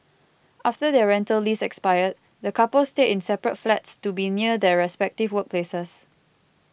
after their rental lease expired the coupled stayed in separate flats to be near their respective workplaces